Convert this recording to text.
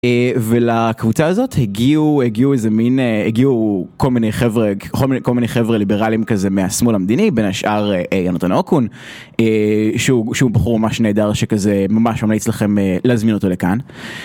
ולקבוצה הזאת הגיעו כל מיני חבר'ה ליברליים מהשמאל המדיני, בין השאר יונתן אוקון, שהוא בחור ממש נהדר, שממש ממליץ לכם להזמין אותו לכאן.